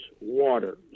water